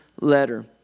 letter